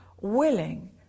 willing